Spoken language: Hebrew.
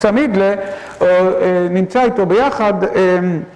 תמיד נמצא איתו ביחד